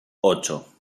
ocho